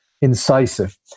incisive